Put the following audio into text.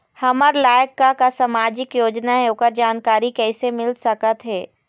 हमर लायक का का सामाजिक योजना हे, ओकर जानकारी कइसे मील सकत हे?